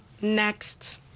next